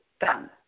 Done